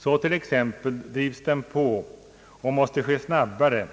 Så t.ex. drivs den på och måste ske snabbare